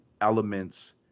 elements